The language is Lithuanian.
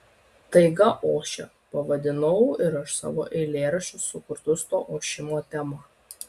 taiga ošia pavadinau ir aš savo eilėraščius sukurtus to ošimo tema